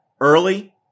early